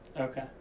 Okay